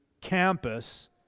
campus